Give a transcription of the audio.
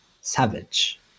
savage